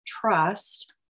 trust